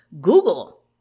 Google